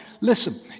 listen